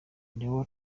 leo